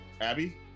Abby